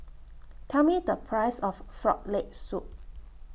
Tell Me The Price of Frog Leg Soup